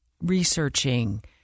researching